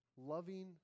loving